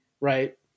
right